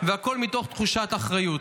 והכול מתוך תחושת אחריות,